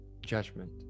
judgment